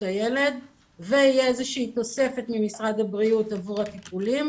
הילד ותהיה איזושהי תוספת ממשרד הבריאות עבור הטיפולים,